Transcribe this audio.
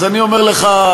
אז אני אומר לך,